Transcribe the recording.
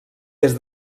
des